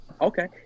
okay